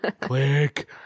Click